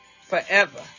forever